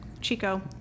Chico